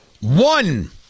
one